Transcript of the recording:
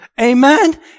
Amen